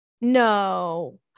No